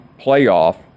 playoff